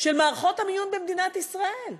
של מערכות המיון במדינת ישראל.